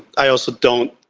i also don't.